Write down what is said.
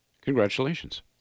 Congratulations